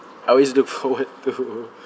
I always look forward to